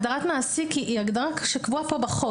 הגדרת מעסיק היא הגדרה שקבועה כאן בחוק.